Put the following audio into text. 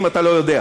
אם אתה לא יודע.